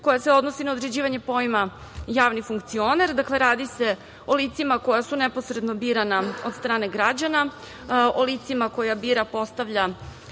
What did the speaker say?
koja se odnosi na određivanje pojma „javni funkcioner“. Dakle, radi se o licima koja su neposredno birana od strane građana, o licima koja bira, postavlja